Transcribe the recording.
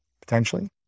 potentially